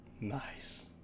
Nice